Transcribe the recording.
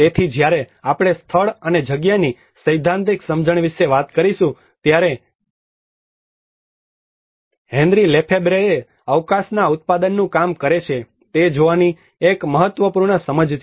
તેથી જ્યારે આપણે સ્થળ અને જગ્યાની સૈદ્ધાંતિક સમજણ વિશે વાત કરીશું ત્યારે હેનરી લેફેબ્રેએ અવકાશના ઉત્પાદનનું કામ કરે છે તે જોવાની એક મહત્વપૂર્ણ સમજ છે